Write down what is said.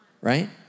Right